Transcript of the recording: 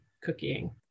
cooking